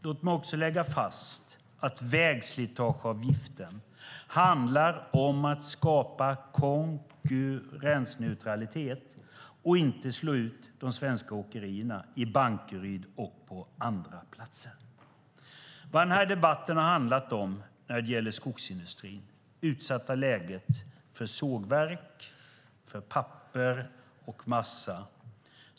Låt mig också slå fast att vägslitageavgiften handlar om att skapa konkurrensneutralitet för att inte slå ut de svenska åkerierna i Bankeryd och på andra platser. Denna debatt handlar om det utsatta läget för sågverk, papper och massa.